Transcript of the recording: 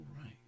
right